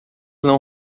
não